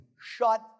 shut